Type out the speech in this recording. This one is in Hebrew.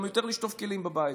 גם יותר לשטוף כלים בבית.